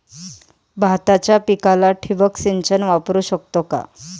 भाताच्या पिकाला ठिबक सिंचन वापरू शकतो का?